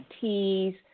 teas